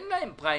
אין להם פריימריז.